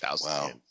Wow